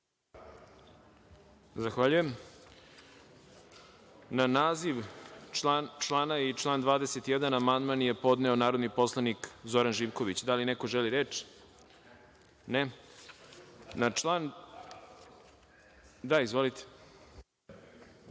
Zahvaljujem. Na naziv člana i član 23. amandman je podneo narodni poslanik Zoran Živković. Da li neko želi reč? (Ne.)Na člana 24.